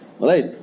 Right